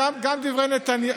גם דברי נתניהו,